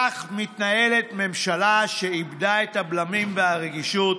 כך מתנהלת ממשלה שאיבדה את הבלמים והרגישות.